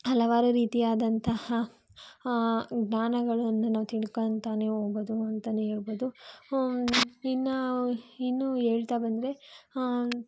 ಹಲವಾರು ರೀತಿಯಾದಂತಹ ಜ್ಞಾನಗಳನ್ನು ನಾವು ತಿಳ್ಕೊತಾನೆ ಹೋಗ್ಬೋದು ಅಂತಲೇ ಹೇಳ್ಬೋದು ಇನ್ನು ಇನ್ನು ಹೇಳ್ತಾ ಬಂದರೆ